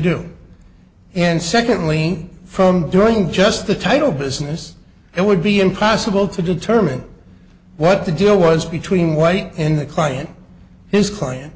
do and secondly from doing just the title business it would be impossible to determine what the deal was between white and the client his client